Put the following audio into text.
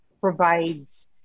provides